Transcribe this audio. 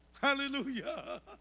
Hallelujah